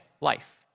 Life